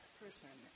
person